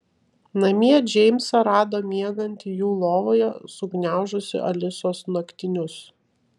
namie džeimsą rado miegantį jų lovoje sugniaužusį alisos naktinius